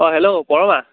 অঁ হেল্ল' পৰমা